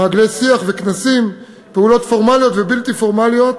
מעגלי שיח וכנסים, פעולות פורמליות ובלתי פורמליות